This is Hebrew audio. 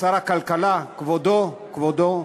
שר הכלכלה, כבודו, כבודו,